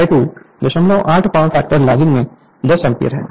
I2 08 power factor lagging में 10 ampere है